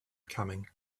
coming